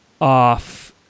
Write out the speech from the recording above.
off